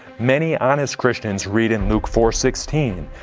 many honest christians read in luke four sixteen,